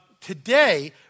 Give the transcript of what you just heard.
Today